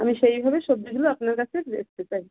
আমি সেইভাবে সবজিগুলো আপনার কাছে বেচতে পারি